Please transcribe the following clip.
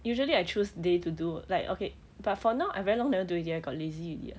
usually I choose day to do like okay but for now I very long never do already I got lazy already ah